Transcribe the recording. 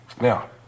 Now